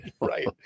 Right